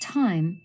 time